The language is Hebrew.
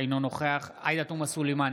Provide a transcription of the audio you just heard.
אינו נוכח עאידה תומא סלימאן,